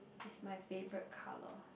is my favourite colour